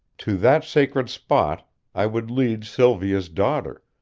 to that sacred spot i would lead sylvia's daughter,